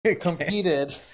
competed